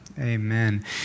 Amen